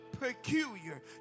peculiar